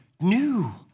new